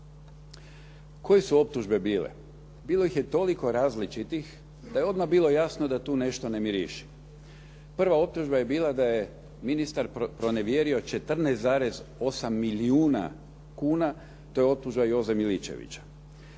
Koje su optužbe bile? Bilo ih je toliko različitih, da je odmah bilo jasno da tu nešto ne miriši. Prva optužba je bila da je ministar pronevjerio 14,8 milijuna kuna. To je optužba Joze Milićevića.